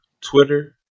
Twitter